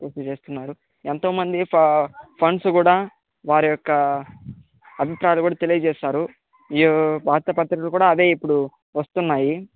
కృషి చేస్తున్నారు ఎంతో మంది ఫ ఫండ్స్ కూడా వారి యొక్క అభిప్రాయాలు కూడా తెలియచేశారు వార్తా పత్రికలు కూడా అదే ఇప్పుడు వస్తున్నాయి